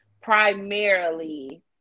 primarily